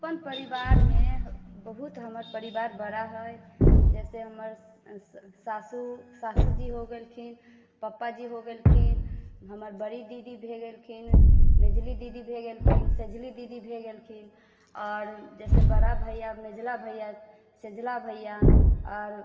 अपन परिवारमे बहुत हमर परिवार बड़ा हइ जइसे हमर सासु सासुजी हो गेलखिन पप्पाजी हो गेलखिन हमर बड़ी दीदी भऽ गेलखिन मझिली दीदी भऽ गेलखिन सझिली दीदी भऽ गेलखिन आओर जइसे बड़ा भइआ मझिला भइआ सझिला भइआ आओर